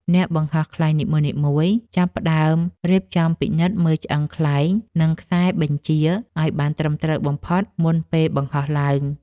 អ្នកបង្ហោះខ្លែងនីមួយៗចាប់ផ្ដើមរៀបចំពិនិត្យមើលឆ្អឹងខ្លែង និងខ្សែបញ្ជាឱ្យបានត្រឹមត្រូវបំផុតមុនពេលបង្ហោះឡើង។